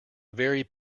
very